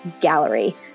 gallery